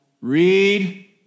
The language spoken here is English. read